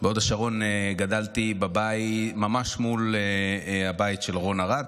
בהוד השרון גדלתי ממש מול הבית של רון ארד.